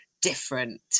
different